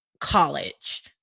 college